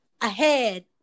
ahead